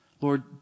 Lord